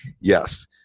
yes